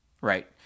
Right